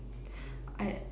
I